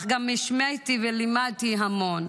אך גם השמעתי ולימדתי המון.